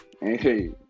Hey